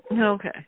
Okay